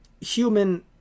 human